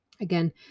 again